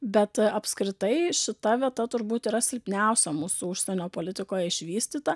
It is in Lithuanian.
bet apskritai šita vieta turbūt yra silpniausia mūsų užsienio politikoje išvystyta